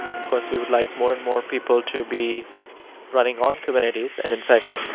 of course, we would like more and more people to be running on kubernetes. and in fact,